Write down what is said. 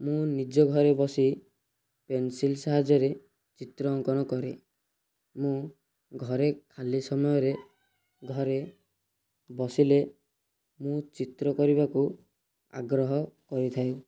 ମୁଁ ନିଜ ଘରେ ବସି ପେନସିଲ୍ ସାହାଯ୍ୟରେ ଚିତ୍ର ଅଙ୍କନ କରେ ମୁଁ ଘରେ ଖାଲି ସମୟରେ ଘରେ ବସିଲେ ମୁଁ ଚିତ୍ର କରିବାକୁ ଆଗ୍ରହ କରିଥାଏ